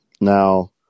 Now